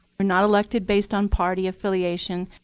we're not elected based on party affiliation,